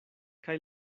kaj